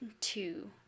two